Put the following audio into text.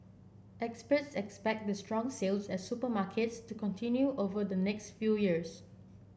experts expect the strong sales at supermarkets to continue over the next few years